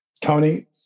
Tony